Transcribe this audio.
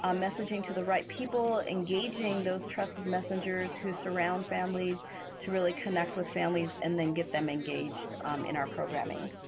um messaging to the right people, engaging those trusted messengers who surround families to really connect with families and then get them engaged in our programming.